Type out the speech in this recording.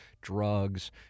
drugs